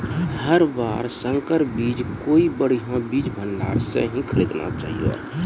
हर बार संकर बीज कोई बढ़िया बीज भंडार स हीं खरीदना चाहियो